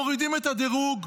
מורידים את הדירוג,